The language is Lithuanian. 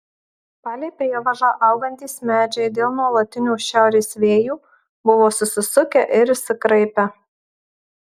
palei prievažą augantys medžiai dėl nuolatinių šiaurės vėjų buvo susisukę ir išsikraipę